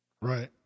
Right